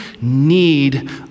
need